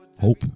hope